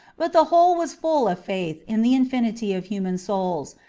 but the whole was full of faith in the infinity of human souls,